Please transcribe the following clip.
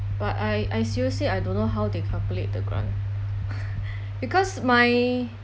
but I I seriously I don't know how they calculate the grant because my